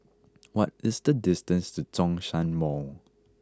what is the distance to Zhongshan Mall